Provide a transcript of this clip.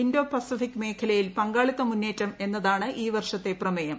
Indo Pacific മേഖലയിൽ പങ്കാളിത്ത മുന്നേറ്റം എന്നതാണ് ഈ വർഷത്തെ പ്രമേയം